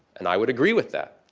and i would agree with that.